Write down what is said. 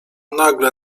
nagle